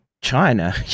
China